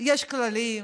יש כללים,